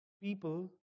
people